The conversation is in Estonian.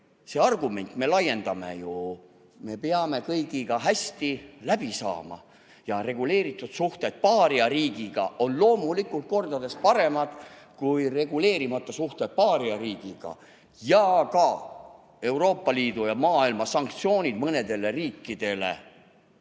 see argument, mida me ju laiendame, et me peame kõigiga hästi läbi saama ja reguleeritud suhted paariariigiga on loomulikult palju kordi paremad kui reguleerimata suhted paariariigiga. Ka Euroopa Liidu ja maailma sanktsioonid mõnede riikide